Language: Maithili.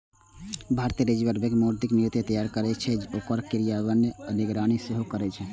भारतीय रिजर्व बैंक मौद्रिक नीति तैयार करै छै, ओकर क्रियान्वयन आ निगरानी सेहो करै छै